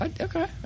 okay